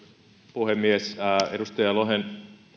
puhemies edustaja lohen